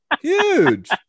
Huge